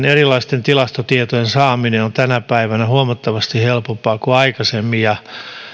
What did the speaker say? erilaisten tilastotietojen saaminen on tänä päivänä huomattavasti helpompaa kuin aikaisemmin ja